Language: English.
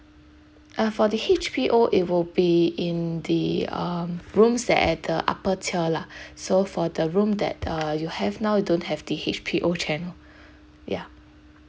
uh for the H_B_O it will be in the um rooms that at the upper tier lah so for the room that uh you have now don't have the H_B_O channel ya